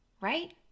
right